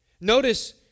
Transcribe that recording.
Notice